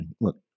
Look